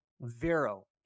Vero